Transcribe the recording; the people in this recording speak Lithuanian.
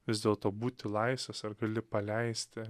vis dėlto būti laisvas ar gali paleisti